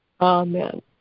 Amen